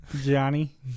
Johnny